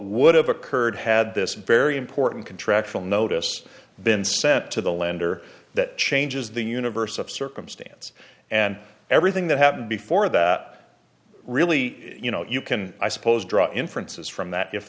would have occurred had this very important contractual notice been sent to the lender that changes the universe of circumstance and everything that happened before that really you know you can i suppose draw inferences from